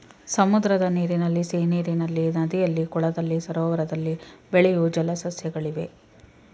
ಸಮುದ್ರದ ನೀರಿನಲ್ಲಿ, ಸಿಹಿನೀರಿನಲ್ಲಿ, ನದಿಯಲ್ಲಿ, ಕೊಳದಲ್ಲಿ, ಸರೋವರದಲ್ಲಿ ಬೆಳೆಯೂ ಜಲ ಸಸ್ಯಗಳಿವೆ